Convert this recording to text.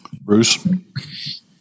Bruce